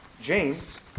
James